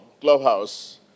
clubhouse